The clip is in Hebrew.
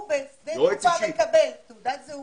הוא מקבל תעודת זהות,